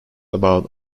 about